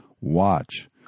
Watch